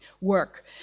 work